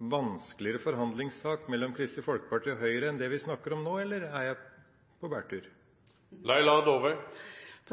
vanskeligere forhandlingssak mellom Kristelig Folkeparti og Høyre enn det vi snakker om nå? Eller er jeg på bærtur?